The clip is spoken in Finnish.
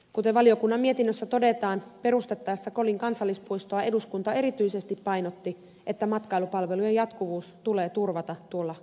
kuten valiokunnan mietinnössä todetaan perustettaessa kolin kansallispuistoa eduskunta erityisesti painotti että matkailupalveluiden jatkuvuus tulee turvata tuossa kansallispuistossa